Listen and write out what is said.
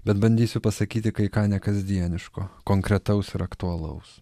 bet bandysiu pasakyti kai ką nekasdieniško konkretaus ir aktualaus